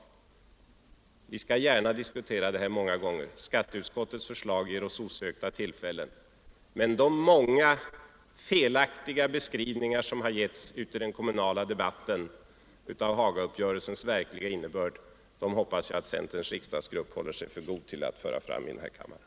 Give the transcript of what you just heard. Vi skall gärna diskutera det här många gånger. Skatteutskottets förslag ger oss osökta tillfällen, men de många felaktiga beskrivningar av Hagauppgörelsens verkliga innebörd som lämnats i den kommunala debatten hoppas jag centerns riksdagsgrupp håller sig för god till att föra fram i den här kammaren.